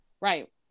right